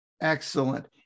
Excellent